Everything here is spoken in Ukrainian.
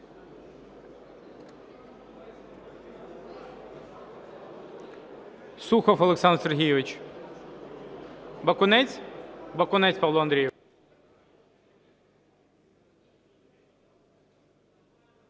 Сухов Олександр Сергійович. Бакунець? Бакунець Павло Андрійович.